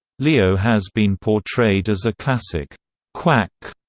leo has been portrayed as a classic quack,